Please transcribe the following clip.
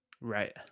Right